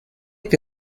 que